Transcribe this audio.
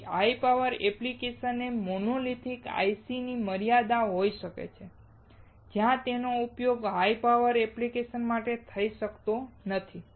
તેથી high power application એ monolithic ICની મર્યાદા હોઈ શકે છે જ્યાં તેનો ઉપયોગ હાઈ પાવર એપ્લિકેશન માટે કરી શકાતો નથી